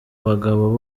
bagabo